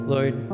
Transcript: Lord